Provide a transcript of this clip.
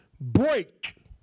break